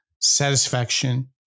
satisfaction